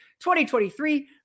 2023